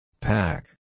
Pack